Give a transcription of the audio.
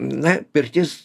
na pirtis